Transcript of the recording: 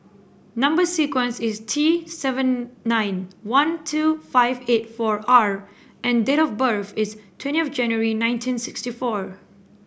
number sequence is T seven nine one two five eight four R and date of birth is twentieth January nineteen sixty four